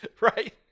Right